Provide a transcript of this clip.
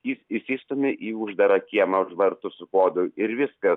jis įsistumia į uždarą kiemą už vartų su kodu ir viskas